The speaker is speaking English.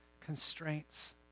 constraints